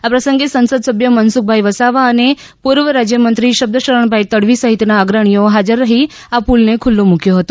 આ પ્રસંગે સંસદ સભ્ય મનસુખભાઇ વસાવા અને પૂર્વ રાજ્ય મંત્રી શબ્દશરણભાઇ તડવી સહિતના અગ્રણીઓ હાજર રહી આ પુલને ખુલ્લો મુક્યો હતો